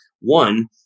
one